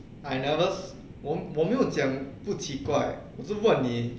I never 我我没有讲不奇怪 eh 我是问你